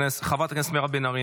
חברת הכנסת מירב בן ארי,